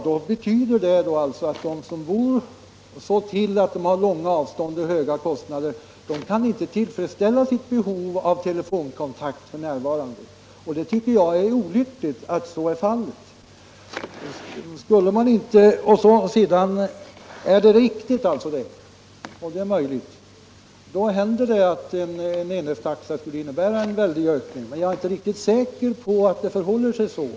Det betyder alltså att de som bor så till att de har långa avstånd och höga kostnader f.n. inte kan tillfredsställa sitt behov av telefonkontakt, och det tycker jag är olyckligt. Är det riktigt — och det är möjligt — så kan det hända att en enhetstaxa skulle innebära en stor 7 ökning.